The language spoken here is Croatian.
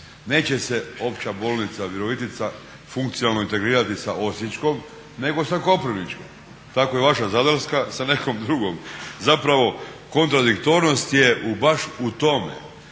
Neće se Opća bolnica Virovitica funkcionalno integrirati sa osječkom, nego sa koprivničkom. Tako i vaša zadarska sa nekom drugom, zapravo kontradiktornost je baš u tome